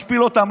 משפיל אותם,